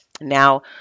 Now